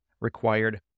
required